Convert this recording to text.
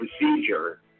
procedure